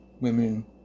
Women